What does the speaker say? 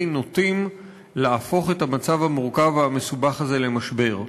נוטים להפוך את המצב המורכב והמסובך הזה למשבר.